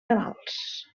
canals